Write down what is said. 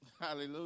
Hallelujah